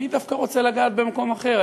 אני דווקא רוצה לגעת במקום אחר,